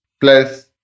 plus